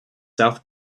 south